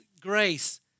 grace